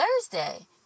Thursday